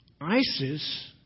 ISIS